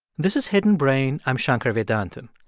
this is hidden brain. i'm shankar vedantam.